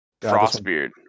Frostbeard